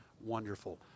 wonderful